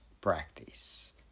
practice